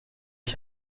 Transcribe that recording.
ich